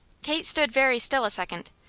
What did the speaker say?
kate stood very still a second,